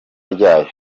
ryayo